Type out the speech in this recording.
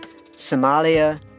Somalia